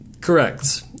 Correct